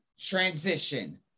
Transition